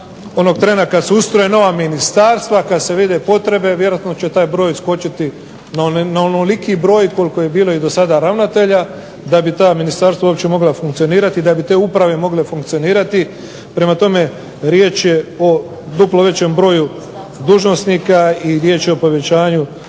onog trena kad se ustroje nova ministarstva, kad se vide potrebe vjerojatno će taj broj skočiti na onoliki broj koliko je bilo i dosada ravnatelja da bi ta ministarstva uopće mogla funkcionirati i da bi te uprave mogle funkcionirati. Prema tome, riječ je o duplo većem broju dužnosnika i riječ je o povećanju